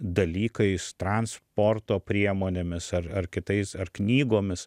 dalykais transporto priemonėmis ar ar kitais ar knygomis